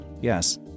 Yes